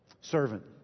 servant